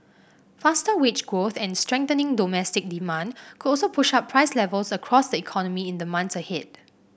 faster wage growth and strengthening domestic demand could also push up price levels across the economy in the months ahead